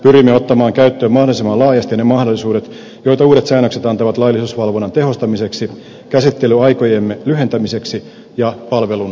pyrimme ottamaan käyttöön mahdollisimman laajasti ne mahdollisuudet joita uudet säännökset antavat laillisuusvalvonnan tehostamiseksi käsittelyaikojemme lyhentämiseksi ja palvelun parantamiseksi